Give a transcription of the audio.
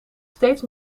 steeds